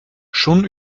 schon